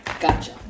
Gotcha